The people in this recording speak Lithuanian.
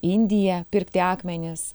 indija pirkti akmenis